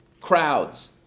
crowds